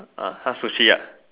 ah !huh! sushi ah